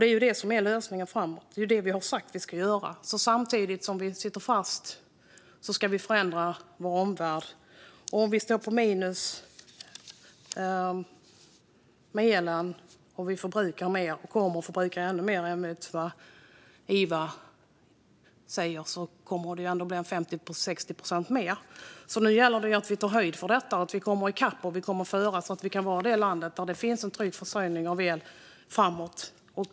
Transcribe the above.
Det är detta som är lösningen framöver. Det är det här vi har sagt att vi ska göra. Samtidigt som vi sitter fast ska vi förändra vår omvärld. Om vi står på minus på elsidan och förbrukar mer - och kommer att förbruka ännu mer, enligt vad Iva säger - kommer det ändå att bli 50-60 procent mer. Det gäller därför att vi tar höjd för detta och kommer i kapp så att vi kommer före och kan vara ett land där det finns trygg försörjning av el framöver.